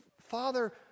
Father